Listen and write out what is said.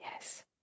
Yes